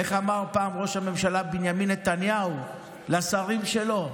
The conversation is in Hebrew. איך אמר פעם ראש הממשלה בנימין נתניהו לשרים שלו?